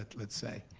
but let's say.